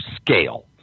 scale